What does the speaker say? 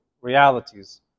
realities